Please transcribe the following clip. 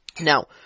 now